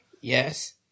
Yes